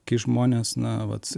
kai žmonės na vat